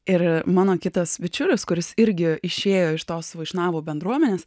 ir mano kitas bičiulis kuris irgi išėjo iš tos vaišnavo bendruomenės